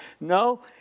no